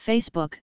Facebook